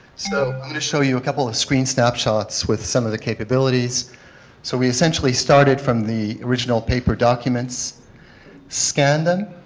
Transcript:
going to show you a couple of screen snapshots with some of the capabilities so we essentially started from the original paper documents scanned them,